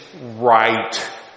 right